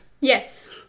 Yes